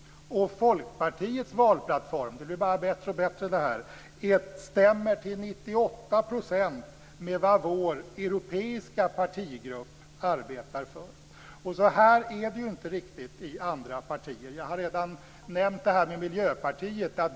Folkpartiets valplattform - det blir bara bättre och bättre - stämmer till 98 % med vad vår europeiska partigrupp arbetar för. Så här är det inte riktigt i andra partier. Jag har redan nämnt Miljöpartiet.